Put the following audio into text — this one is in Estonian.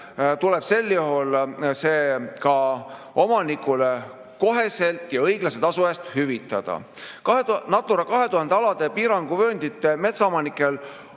tuleb sel juhul see omanikule otsekohe ja õiglase tasu eest hüvitada. Natura 2000 alade piiranguvööndite metsaomanikel